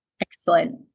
Excellent